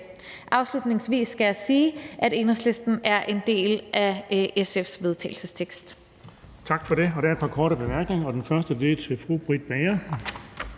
Afslutningsvis skal jeg sige, at Enhedslisten er med i SF's vedtagelsestekst.